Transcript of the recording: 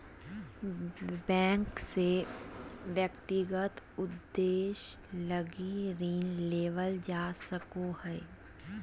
bank से व्यक्तिगत उद्देश्य लगी ऋण लेवल जा सको हइ